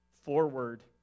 forward